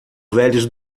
velhos